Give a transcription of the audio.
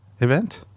event